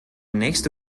nächste